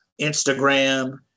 Instagram